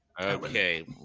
Okay